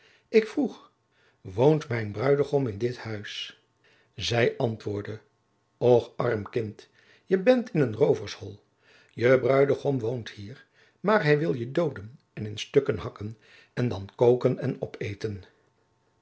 ik vroeg woont mijn bruidegom in dit huis zij antwoordde och arm kind je bent in een roovershol je bruidegom woont hier maar hij wil je dooden en in stukken hakken en dan koken en opeten